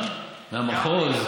מהמחוז?